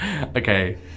Okay